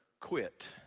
quit